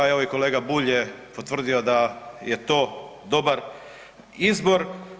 Evo, kolega Bulj je potvrdio da je to dobar izbor.